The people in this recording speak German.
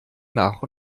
nach